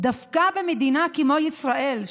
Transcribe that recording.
דווקא במדינה כמו ישראל,